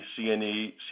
CNE